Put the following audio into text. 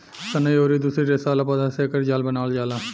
सनई अउरी दूसरी रेसा वाला पौधा से एकर जाल बनावल जाला